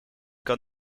kan